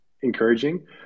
encouraging